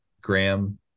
Graham